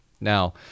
Now